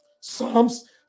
Psalms